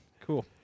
Cool